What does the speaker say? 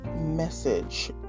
message